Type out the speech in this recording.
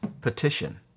petition